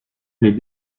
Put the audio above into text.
les